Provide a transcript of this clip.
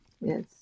Yes